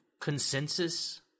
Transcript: consensus